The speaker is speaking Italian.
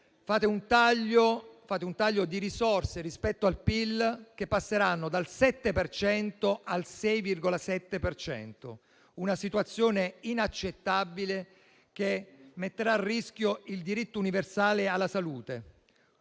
fate un taglio di risorse rispetto al PIL che passeranno dal 7 per cento al 6,7 per cento, una situazione inaccettabile che metterà a rischio il diritto universale alla salute.